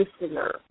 listener